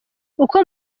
uko